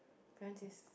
Kai Ren's